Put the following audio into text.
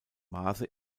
maße